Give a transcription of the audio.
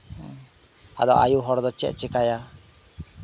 ᱟᱫᱚ ᱟᱭᱩ ᱦᱚᱲ ᱫᱚ ᱪᱮᱫ ᱪᱮᱠᱟᱭᱟ